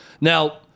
Now